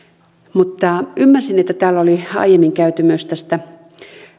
ymmärsin että täällä oli aiemmin käyty myös